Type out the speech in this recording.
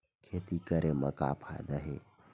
खेती करे म का फ़ायदा हे?